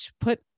put